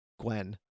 Gwen